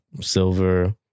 silver